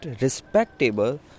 respectable